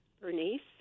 Bernice